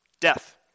death